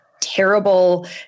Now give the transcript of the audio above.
terrible